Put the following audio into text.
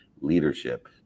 Leadership